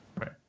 right